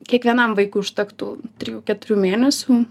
kiekvienam vaikui užtektų trijų keturių mėnesių